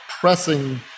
pressing